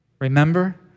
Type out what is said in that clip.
Remember